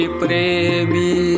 premi